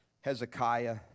Hezekiah